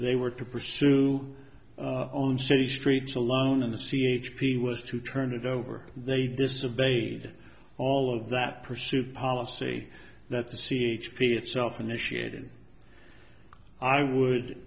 they were to pursue on city streets alone and the c h p was to turn it over they disobeyed all of that pursuit policy that the c h p itself initiated i would